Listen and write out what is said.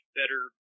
better